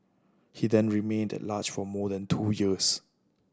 he then remained at large for more than two years